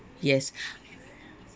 yes